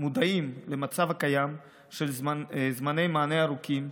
מודעים למצב הקיים של זמני מענה ארוכים,